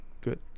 good